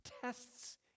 tests